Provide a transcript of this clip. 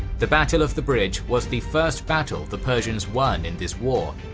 the battle of the bridge was the first battle the persians won in this war.